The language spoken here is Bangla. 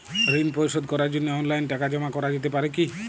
ঋন পরিশোধ করার জন্য অনলাইন টাকা জমা করা যেতে পারে কি?